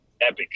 epic